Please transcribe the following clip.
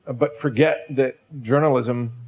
but forget that journalism,